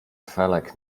felek